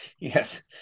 Yes